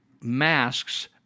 masks